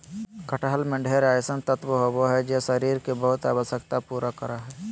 कटहल में ढेर अइसन तत्व होबा हइ जे शरीर के बहुत आवश्यकता पूरा करा हइ